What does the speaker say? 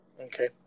Okay